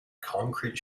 concrete